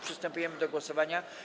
Przystępujemy do głosowania.